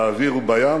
באוויר ובים.